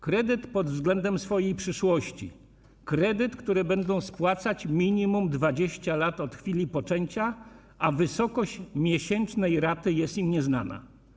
Kredyt pod względem swojej przyszłości, kredyt, który będą spłacać przez minimum 20 lat od chwili poczęcia, a wysokość miesięcznej raty jest im nieznana.